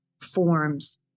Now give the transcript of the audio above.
forms